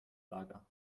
lager